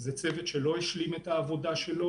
זה צוות שלא השלים את העבודה שלו.